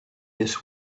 this